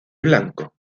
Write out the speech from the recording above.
blanco